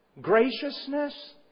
Graciousness